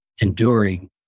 enduring